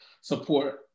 support